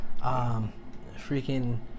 freaking